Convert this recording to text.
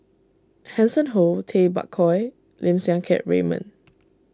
Hanson Ho Tay Bak Koi Lim Siang Keat Raymond